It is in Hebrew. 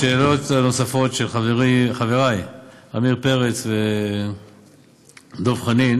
השאלות הנוספות של חברי עמיר פרץ ודב חנין